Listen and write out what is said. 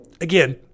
again